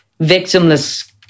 victimless